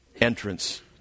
entrance